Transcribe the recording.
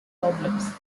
problems